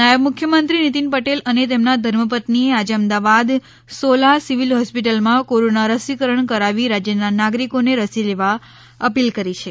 નાયબ મુખ્યમંત્રી નીતિન પટેલ અને તેમના ધર્મપત્નીએ આજે અમદાવાદ સોલા સિવિલ હોસ્પિટલમાં કોરોના રસીકરણ કરાવી રાજ્યના નાગરિકોને રસી લેવા અપીલ કરી છે